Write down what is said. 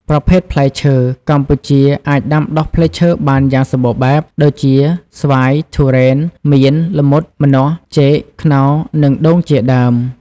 ប្រភេទផ្លែឈើ កម្ពុជាអាចដាំដុះផ្លែឈើបានយ៉ាងសម្បូរបែប ដូចជា ស្វាយ ធូរ៉េន មៀន ល្មុត ម្នាស់ ចេក ខ្នុរ និង ដូង ជាដើម។